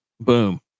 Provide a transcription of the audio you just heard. boom